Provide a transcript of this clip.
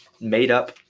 made-up